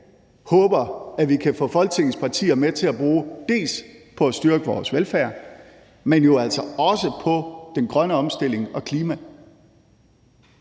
håber at vi kan få Folketingets partier med til at bruge på at styrke vores velfærd, men jo altså også på den grønne omstilling og klimaet.